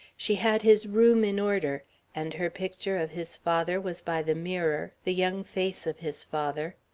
she had his room in order and her picture of his father was by the mirror, the young face of his father.